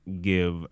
give